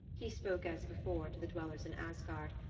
he spoke as before to the dwellers in asgard,